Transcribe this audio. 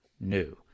new